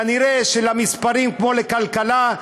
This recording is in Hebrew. כנראה למספרים, כמו לכלכלה,